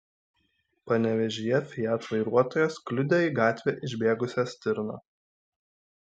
panevėžyje fiat vairuotojas kliudė į gatvę išbėgusią stirną